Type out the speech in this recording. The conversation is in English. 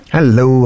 Hello